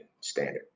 standard